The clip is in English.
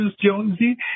Jonesy